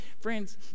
Friends